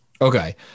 Okay